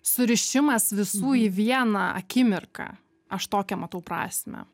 surišimas visų į vieną akimirką aš tokią matau prasmę